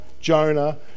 Jonah